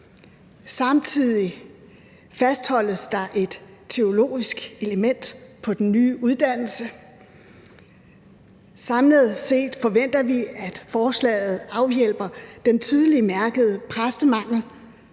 Samtidig fastholdes der et teologisk element på den nye uddannelse. Samlet set forventer vi, at forslaget afhjælper den tydeligt mærkbare præstemangel,